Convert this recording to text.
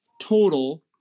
total